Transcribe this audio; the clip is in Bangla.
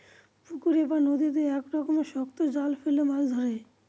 পুকুরে বা নদীতে এক রকমের শক্ত জাল ফেলে মাছ ধরে